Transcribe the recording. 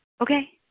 okay